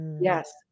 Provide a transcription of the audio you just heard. Yes